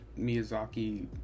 Miyazaki